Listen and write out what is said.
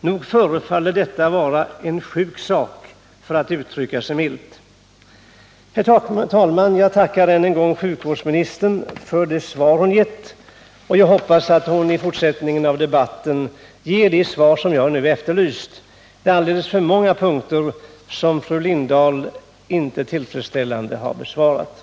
Nog förefaller detta vara en sjuk sak, för att uttrycka sig milt. Herr talman! Jag tackar än en gång sjukvårdsministern för det svar som hon givit, och jag hoppas att hon i fortsättningen av debatten ger de besked som jag nu har efterlyst. Det är alldeles för många frågor som fru Lindahl inte har besvarat tillfredsställande.